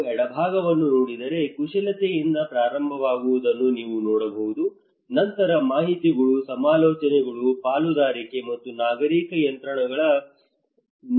ನೀವು ಎಡಭಾಗವನ್ನು ನೋಡಿದರೆ ಕುಶಲತೆಯಿಂದ ಪ್ರಾರಂಭವಾಗುವುದನ್ನು ನೀವು ನೋಡಬಹುದು ನಂತರ ಮಾಹಿತಿಗಳು ಸಮಾಲೋಚನೆಗಳು ಪಾಲುದಾರಿಕೆ ಮತ್ತು ನಾಗರಿಕ ನಿಯಂತ್ರಣ ನೋಡಬಹುದು